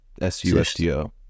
S-U-S-T-O